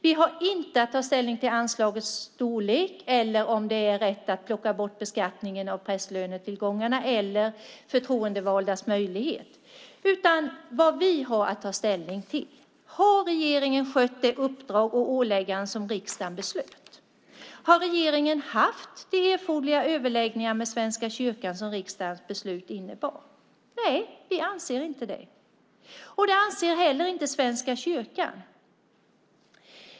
Vi har inte att ta ställning till anslagets storlek eller om det är rätt att plocka bort beskattningen av prästlönetillgångarna eller förtroendevaldas möjlighet, utan vad vi har att ta ställning till är: Har regeringen skött det uppdrag och åläggande som riksdagen beslutade om? Har regeringen haft de erforderliga överläggningar med Svenska kyrkan som riksdagens beslut innebar? Nej, vi anser inte det. Det anser heller inte Svenska kyrkan.